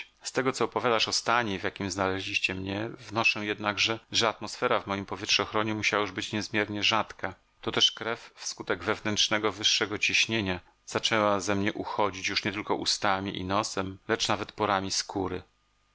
z tego co opowiadasz o stanie w jakim znaleźliście mnie wnoszę jednakże że atmosfera w moim powietrzochronie musiała już być niezmiernie rzadka to też krew wskutek wewnętrznego wyższego ciśnienia zaczęła ze mnie uchodzić już nie tylko ustami i nosem lecz nawet porami skóry